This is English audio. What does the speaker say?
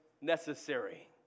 necessary